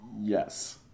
Yes